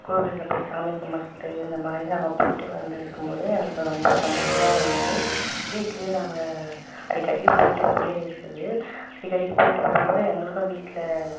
கோவிலில் போய் சாமி கும்பிடுறது இந்தமாதிரி நாங்கள் போய்ட்டு வந்திருக்கும்போது எங்களுக்கு ரொம்ப சந்தோஷமாவும் இருந்தது வீட்லேயும் நாங்கள் அடிக்கடி போய்ட்டு வர்றமாரி இருக்குது அடிக்கடிக்கு போய்ட்டு வரும்போது எங்களுக்கும் வீட்டில்